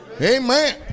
Amen